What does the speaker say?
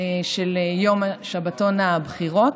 של יום שבתון הבחירות.